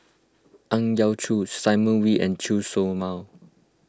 Ang Yau Choon Simon Wee and Chen Show Mao